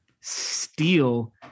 Steal